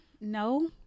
no